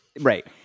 right